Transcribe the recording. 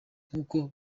nk’uko